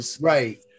Right